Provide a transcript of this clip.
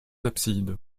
absides